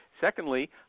Secondly